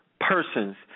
persons